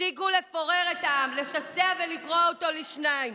תפסיקו לפורר את העם, לשסע ולקרוע אותו לשניים.